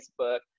Facebook